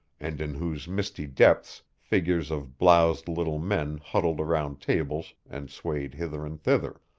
and in whose misty depths figures of bloused little men huddled around tables and swayed hither and thither.